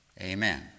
Amen